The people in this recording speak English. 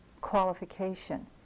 qualification